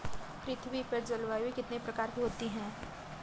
पृथ्वी पर जलवायु कितने प्रकार की होती है?